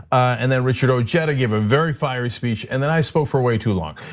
and then richard ojeda gave a very fiery speech, and then i spoke for way too long.